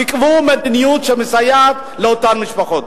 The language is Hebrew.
תקבעו מדיניות שמסייעת לאותן משפחות.